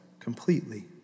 Completely